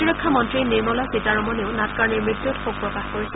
প্ৰতিৰক্ষা মন্ত্ৰী নিৰ্মাল সীতাৰমণেও নাডকাৰনিৰ মৃত্যুত শোক প্ৰকাশ কৰিছে